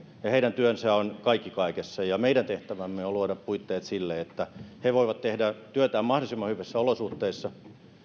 heidän työnsä on kaikki kaikessa meidän tehtävämme on luoda puitteet sille että he voivat tehdä työtään mahdollisimman hyvissä olosuhteissa